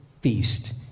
feast